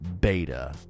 beta